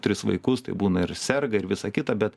tris vaikus tai būna ir serga ir visa kita bet